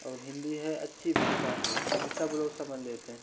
और हिंदी है अच्छी भाषा है हिंदी सब लोग समझ लेते हैं